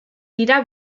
dira